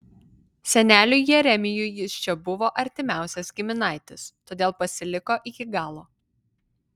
seneliui jeremijui jis čia buvo artimiausias giminaitis todėl pasiliko iki galo